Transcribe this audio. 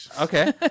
Okay